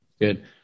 Good